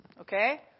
Okay